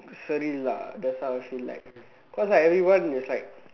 surely lah that's how I feel like cause everyone is like